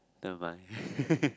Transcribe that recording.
never mind